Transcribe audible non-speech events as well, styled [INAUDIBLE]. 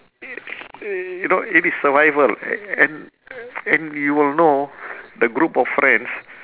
[NOISE] you know it is survival a~ and and you will know the group of friends